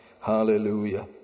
Hallelujah